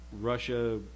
Russia